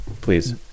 please